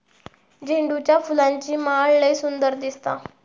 झेंडूच्या फुलांची माळ लय सुंदर दिसता